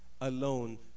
alone